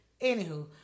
Anywho